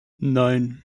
nine